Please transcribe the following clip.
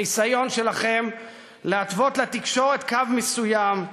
הניסיון שלכם להתוות לתקשורת קו מסוים,